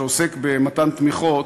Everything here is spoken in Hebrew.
שעוסק במתן תמיכות,